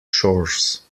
shores